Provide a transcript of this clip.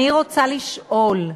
אני רוצה לשאול,